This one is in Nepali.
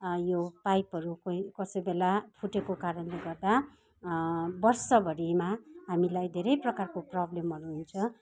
यो पाइपहरू कोही कसैबेला फुटेको कारणले गर्दा वर्ष भरिमा हामीलाई धेरै प्रकारको प्रबलमहरू हुन्छ